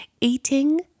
eating